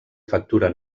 factura